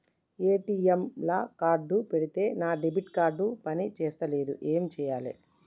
ATM లా card పెడితే నా డెబిట్ కార్డ్ పని చేస్తలేదు ఏం చేయాలే?